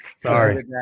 Sorry